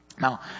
Now